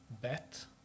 bet